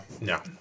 no